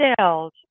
sales